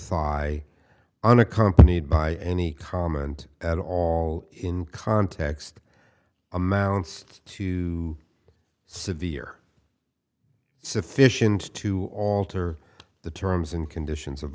on accompanied by any comment at all in context amounts to severe sufficient to alter the terms and conditions of